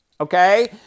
okay